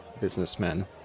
businessmen